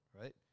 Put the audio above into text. right